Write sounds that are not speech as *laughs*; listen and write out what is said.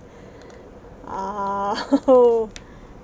*breath* *laughs* !ow!